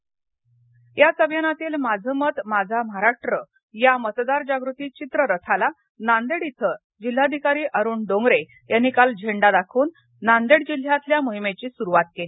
नांदेड याच अभियानातील माझं मत माझा महाराष्ट्र या मतदार जागृती चित्ररथाला नांदेड इथ जिल्हाधिकारी अरूण डोंगरे यांनी काल झेंडा दाखवून नांदेड जिल्हयातल्या मोहिमेची सुरूवात केली